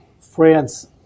France